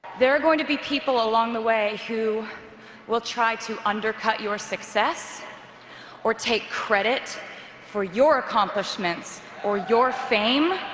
there are going to be people along the way who will try to undercut your success or take credit for your accomplishments or your fame.